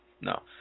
No